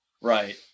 Right